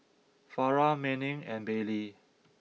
Farrah Manning and Bailey